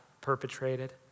perpetrated